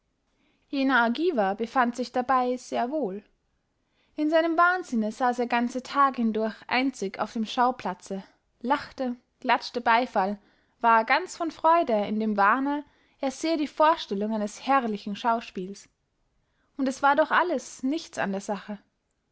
jener argiver befand sich dabey sehr wohl in seinem wahnsinne saß er ganze tage hindurch einzig auf dem schauplatze lachte klatschte beyfall war ganz freude in dem wahne er sehe die vorstellung eines herrlichen schauspiels und es war doch alles nichts an der sache